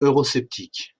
eurosceptique